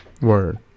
Word